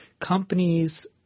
companies –